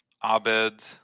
Abed